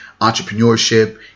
entrepreneurship